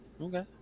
Okay